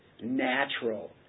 natural